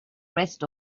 rest